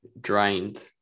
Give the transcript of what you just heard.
drained